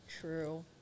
True